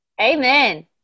Amen